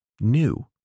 new